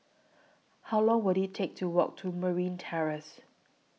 How Long Will IT Take to Walk to Merryn Terrace